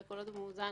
וכל עוד הוא מאוזן,